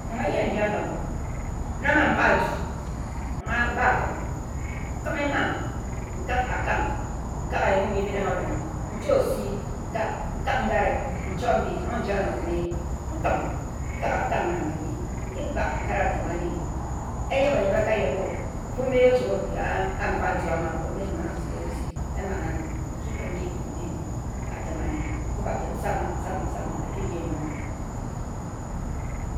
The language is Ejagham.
Eyeh nji-ano ogim nam a mighe adu, mbak mba-kim nkimi-ma nkak akang, nkak eyim-mbi-bi reng-o-reghe, ncho osi nkak, ncho ngare, nkak maggi nkim nki-baknkare anne adi. Eyeb-o-yeb-o, nkim. Ofu mbi eyee oching wut ka a mighe adu ama afo, ma a binghe ma se erasi ekub atem sama, sama sama, eji nunghe.